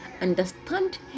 understand